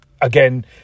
again